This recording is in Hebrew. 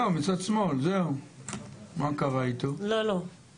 אם ועדת שחרורים מצאה אותו ראוי לשחרור מוקדם,